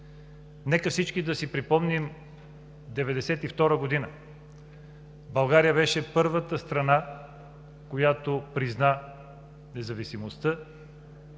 Нека всички да си припомним 1992 г. – България беше първата страна, която призна независимостта